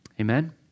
Amen